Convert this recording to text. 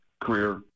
career